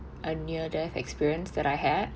a near death experience that I had